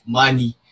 money